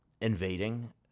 invading